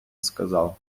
сказав